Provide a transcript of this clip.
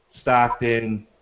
Stockton